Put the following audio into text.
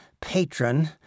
patron